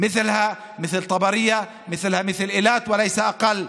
היא כמו טבריה ואילת ולא פחות מכך.